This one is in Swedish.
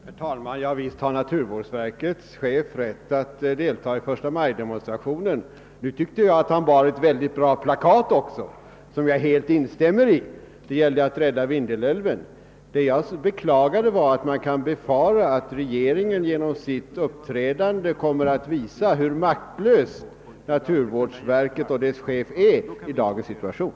Herr talman! Visst har naturvårdsverkets chef rätt att delta i förstamajdemonstrationer. Jag tycker att han bar ett bra plakat, och jag instämmer helt i dess text — det gällde att rädda Vindelälven. Det jag beklagade var att man kan befara att regeringen genom sitt uppträdande kommer att visa, hur maktlösa naturvårdsverket och dess chef är i dagens situation.